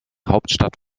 hauptstadt